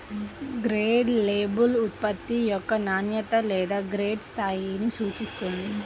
grade label ఉత్పత్తి యొక్క నాణ్యత లేదా గ్రేడ్ స్థాయిని సూచిస్తుంది